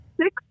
six